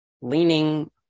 leaning